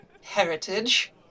heritage